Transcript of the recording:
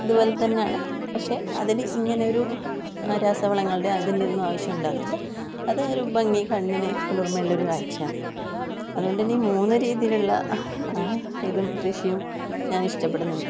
ഇതുപോലെ തന്നെയാണ് പക്ഷേ അതിന് ഇങ്ങനെ ഒരു രാസവളങ്ങളുടെ അതിൻ്റെ ഒന്നും ആവശ്യമുണ്ടാവുന്നില്ല അതൊരു ഭംഗി കണ്ണിന് കുളിർമയുള്ള ഒരു കാഴ്ചയാണ് അതുകൊണ്ട് തന്നെ ഈ മൂന്ന് രീതിയിലുള്ള ഇതും കൃഷിയും ഞാൻ ഇഷ്ടപ്പെടുന്നുണ്ട്